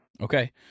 Okay